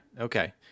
Okay